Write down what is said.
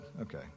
Okay